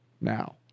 now